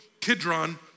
Kidron